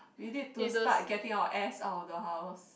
we need to start getting our ass out of the house